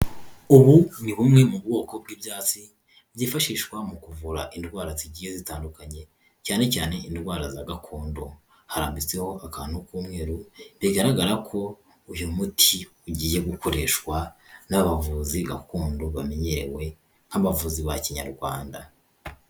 Ubu ni bumwe mu bwoko bw'ibyatsi byifashishwa mu kuvura indwara zigiye zitandukanye cyane cyane indwara za gakondo harambitseho akantu k'umweru, bigaragara ko uyu muti ugiye gukoreshwa n'abavuzi gakondo bamenyerewe nk'abavuzi ba kinyarwanda.